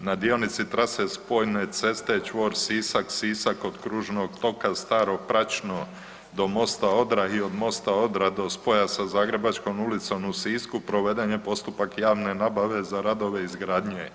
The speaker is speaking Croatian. na dionici trase spojne ceste čvor Sisak-Sisak kod kružnog toka Starog Pračno do Mosta Odra i od Mosta Odra do spoja sa Zagrebačkom ulicom u Sisku proveden je postupak javne nabave za radove izgradnje.